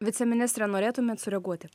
viceministre ar norėtumėt sureaguoti